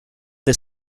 the